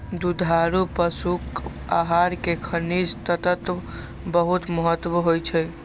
दुधारू पशुक आहार मे खनिज तत्वक बहुत महत्व होइ छै